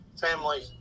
family